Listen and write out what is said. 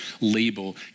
label